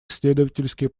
исследовательские